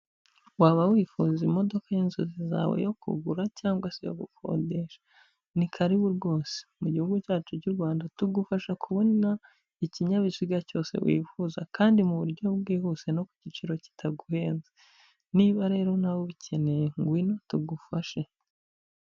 Waba wifuza imodoka y'inzozi zawe yo kugura cyangwa se yo gukodesha, ni karibu rwose! Mu gihugu cyacu cy'u Rwanda tugufasha kubona ikinyabiziga cyose wifuza kandi mu buryo bwihuse no ku giciro kitaguhenze, niba rero nawe ubikeneye ngwino tugufashe.